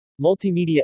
Multimedia